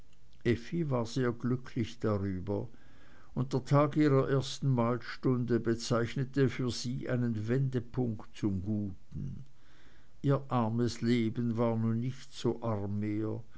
war sehr glücklich darüber und der tag ihrer ersten malstunde bezeichnete für sie einen wendepunkt zum guten ihr armes leben war nun nicht so arm